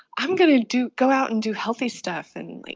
i'm going to do go out and do healthy stuff and, like